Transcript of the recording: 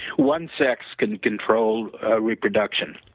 one sex can control reproduction.